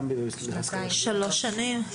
שלוש שנים.